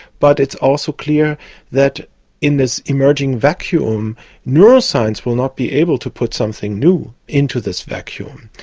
but it's also clear that in this emerging vacuum neuroscience will not be able to put something new into this vacuum.